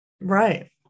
Right